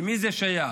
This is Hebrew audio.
למי זה שייך?